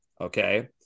okay